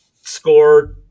score